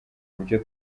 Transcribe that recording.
buryo